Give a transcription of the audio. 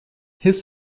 his